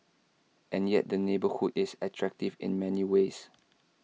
and yet the neighbourhood is attractive in many ways